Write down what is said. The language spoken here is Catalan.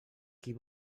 qui